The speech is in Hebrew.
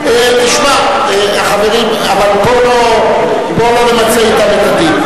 תשמע, אבל בוא לא נמצה אתם את הדין.